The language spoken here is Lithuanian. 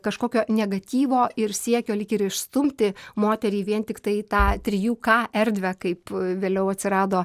kažkokio negatyvo ir siekio lyg ir išstumti moterį vien tiktai tą trijų ką erdvę kaip vėliau atsirado